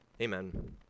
Amen